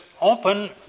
open